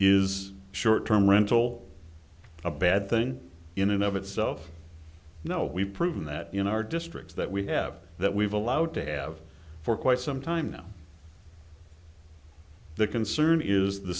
is short term rental a bad thing in and of itself you know we've proven that you know our districts that we have that we've allowed to have for quite some time now the concern is the